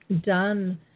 done